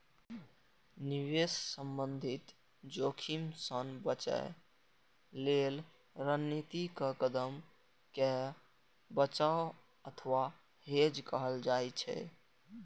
निवेश संबंधी जोखिम सं बचय लेल रणनीतिक कदम कें बचाव अथवा हेज कहल जाइ छै